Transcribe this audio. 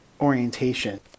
orientation